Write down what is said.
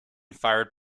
fired